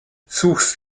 suchst